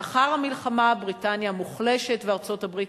לאחר המלחמה בריטניה המוחלשת וארצות-הברית